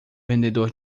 vendedor